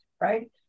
right